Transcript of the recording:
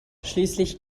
schließlich